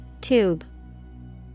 Tube